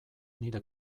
nire